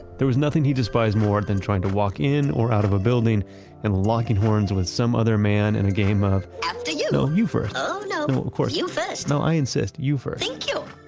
there was nothing he despised more than trying to walk in or out of a building and locking horns with some other man in a game of after you. no, you first. oh no. no, of course. you first. no, i insist, you first. thank you.